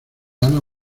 ana